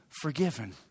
forgiven